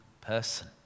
person